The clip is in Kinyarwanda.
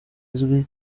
izwi